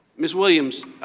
ms. williams,